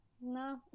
No